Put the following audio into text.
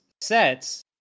sets